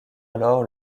alors